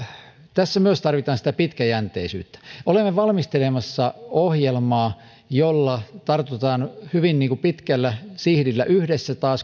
tässä tarvitaan myös sitä pitkäjänteisyyttä olemme valmistelemassa ohjelmaa jolla tartutaan taas hyvin pitkällä sihdillä yhdessä